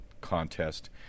contest